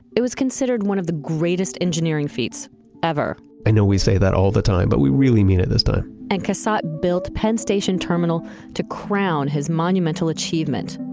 it was considered one of the greatest engineering feats ever know we say that all the time, but we really mean it this time and cassatt built penn station terminal to crown his monumental achievement.